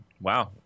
wow